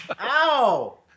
Ow